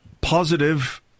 Positive